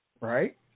right